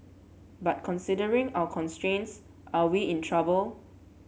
but considering our constraints are we in trouble